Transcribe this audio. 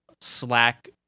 Slack